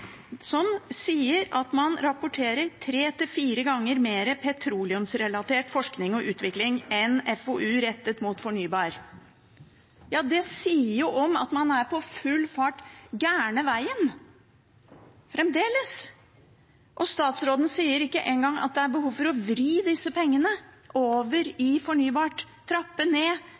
som sier at man rapporterer tre–fire ganger mer petroleumsrelatert forskning og utvikling enn forskning og utvikling rettet mot fornybar. Det sier noe om at man er på full fart gærne veien – fremdeles. Statsråden sier ikke engang at det er behov for å vri disse pengene over i fornybart, trappe ned